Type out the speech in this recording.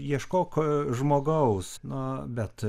ieškok žmogaus na bet